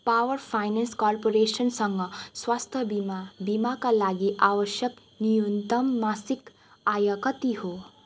power finance कर्पोरेसनसँग स्वास्थ्य बिमा बिमाका लागि आवश्यक न्यूनतम मासिक आय कति हो